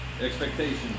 expectations